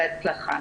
בהצלחה.